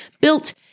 built